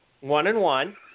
One-and-one